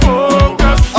Focus